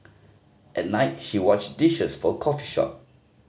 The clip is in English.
at night she washed dishes for a coffee shop